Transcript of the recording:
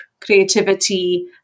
creativity